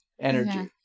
energy